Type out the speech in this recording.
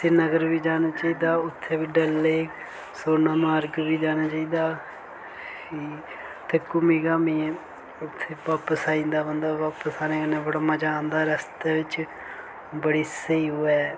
सिरीनगर बी जाना चाहिदा उत्थै बी डल लेक सोनमर्ग बी जाना चाहिदा ते घुम्मियै इत्थै बापस आई जंदा बंदा ते बापस आने कन्नै मज़ा आंदा रस्ते बिच बड़ी स्हेई ओह् ऐ